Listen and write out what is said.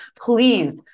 please